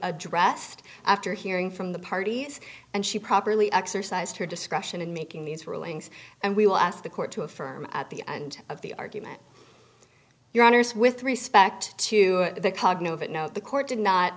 addressed after hearing from the parties and she properly exercised her discretion in making these rulings and we will ask the court to affirm at the end of the argument your honors with respect to the cognitive it no the court did not